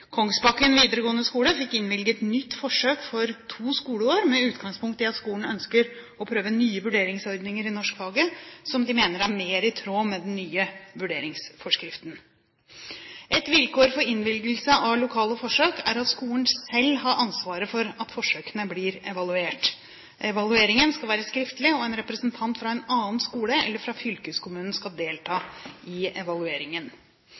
Kongsbakken videregående skole fikk innvilget et nytt forsøk for to skoleår, med utgangspunkt i at skolen ønsker å prøve nye vurderingsordninger i norskfaget som de mener er i mer i tråd med den nye «vurderingsforskriften». Et vilkår for innvilgelse av lokale forsøk er at skolen selv har ansvaret for at forsøket blir evaluert. Evalueringen skal være skriftlig, og en representant fra en annen skole eller fra fylkeskommunen skal delta i evalueringen.